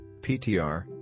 PTR